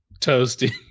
Toasty